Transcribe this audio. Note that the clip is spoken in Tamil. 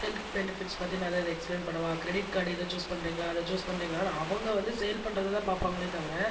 ஹெல்த் பெனிஃபிட்ஸ் பற்றி நான் ஏதாவது எக்ஸ்ப்லைன் பண்ணவா க்ரெடிட் கார்டு ஏதாவது சூஸ் பண்ணுறிங்களா அதை சூஸ் பண்ணுறிங்களானு அவங்க வந்து சேல் பண்ணுறதா பார்ப்பாங்களே தவிர